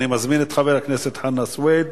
אני מזמין את חבר הכנסת חנא סוייד,